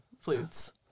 flutes